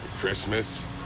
Christmas